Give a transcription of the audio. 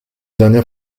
dernière